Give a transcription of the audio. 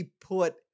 put